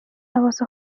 حواس